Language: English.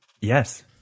Yes